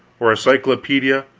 or a cyclopedia,